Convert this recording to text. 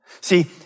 See